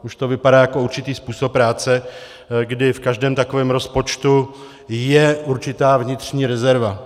Už to vypadá jako určitý způsob práce, kdy v každém takovém rozpočtu je určitá vnitřní rezerva.